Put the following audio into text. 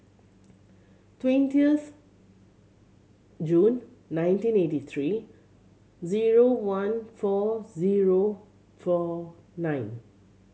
twentieth June nineteen eighty three zero one four zero four nine